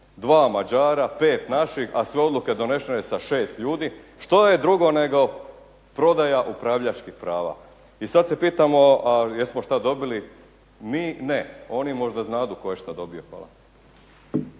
2 Mađara, 5 naših, a sve odluke donesene sa 6 ljudi, što je drugo nego prodaja upravljačkih prava? I sad se pitamo, a jesmo što dobili mi? Ne. Oni možda znadu tko je što dobio.